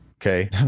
Okay